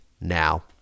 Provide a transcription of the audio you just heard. now